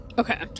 Okay